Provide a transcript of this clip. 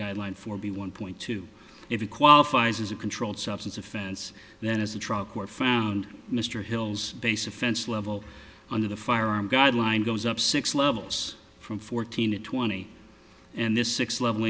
guideline for b one point two if it qualifies as a controlled substance offense then as a truck were found mr hill's base offense level under the firearm guideline goes up six levels from fourteen to twenty and this six level